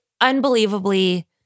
unbelievably